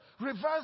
Reverse